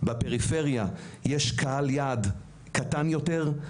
יש קהל יעד קטן יותר,